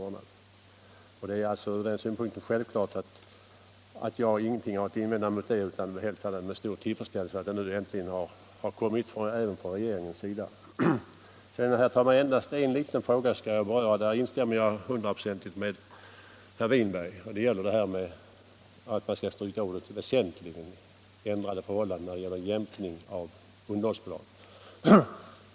Det är därför sjävklart att jag hälsar med stor tillfredsställelse att frågan nu har tagits upp också av regeringen. Herr talman! Endast ytterligare en liten fråga. Jag instämmer hundraprocentigt med herr Winberg när det gäller att stryka ordet väsentligt när det gäller ändrade förhållanden för jämkning av underhållsbidrag.